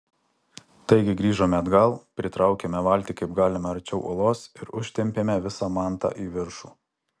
taigi grįžome atgal pritraukėme valtį kaip galima arčiau uolos ir užtempėme visą mantą į viršų